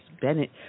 Bennett